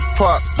pop